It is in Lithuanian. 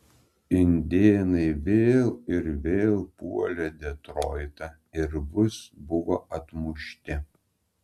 indėnai vėl ir vėl puolė detroitą ir vis buvo atmušti